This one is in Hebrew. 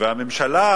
והממשלה,